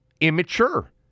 immature